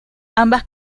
ambas